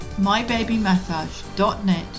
mybabymassage.net